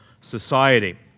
society